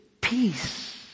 peace